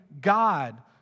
God